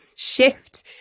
shift